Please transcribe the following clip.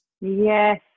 Yes